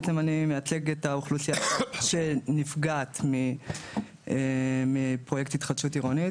בעצם אני מייצג את האוכלוסייה שנפגעת מפרויקט התחדשות עירונית,